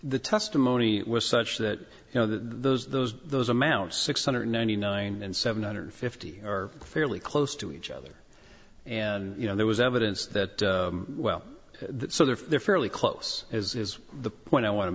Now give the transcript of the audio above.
the testimony was such that you know those those those amounts six hundred ninety nine and seven hundred fifty are fairly close to each other and you know there was evidence that well so therefore they're fairly close as is the point i want to